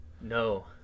no